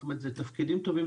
זאת אומרת אלה תפקידים טובים,